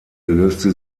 löste